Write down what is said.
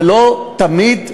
ולא תמיד,